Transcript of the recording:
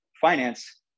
finance